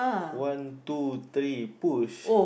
one two three push